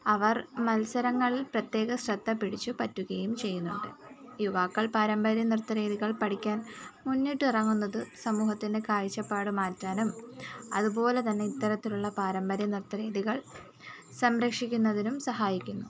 അവർ മത്സരങ്ങളിൽ പ്രത്യേക ശ്രദ്ധ പിടിച്ചു പറ്റുകയും ചെയ്യുന്നു യുവാക്കൾ പാരമ്പര്യ നൃത്ത രീതികൾ പഠിക്കാൻ മുന്നിട്ടിറങ്ങുന്നത് സമൂഹത്തിൻ്റെ കാഴ്ചപ്പാട് മാറ്റാനും അതുപോലെ തന്നെ ഇത്തരത്തിലുള്ള പാരമ്പര്യ നൃത്ത രീതികൾ സംരക്ഷിക്കുന്നതിനും സഹായിക്കുന്നു